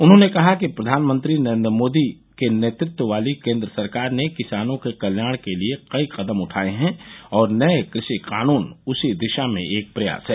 उन्होंने कहा कि प्रधानमंत्री नरेन्द्र मोदी के नेतृत्व वाली केन्द्र सरकार ने किसानों के कल्याण के लिए कई कदम उठाये हैं और नये कृषि कानून उसी दिशा में एक प्रयास है